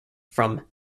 from